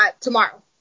Tomorrow